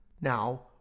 Now